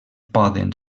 poden